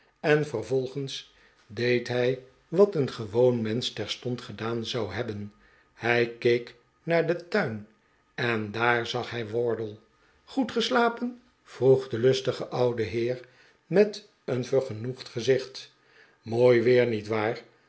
en vervolgens deed hij wat een gewoon mensch terstond gedaan zou hebben hij keek naar den tuin en daar zag hij wardle goed geslapen vroeg de lustige oude heer met een vergenoegd gezicht mooi weer niet waar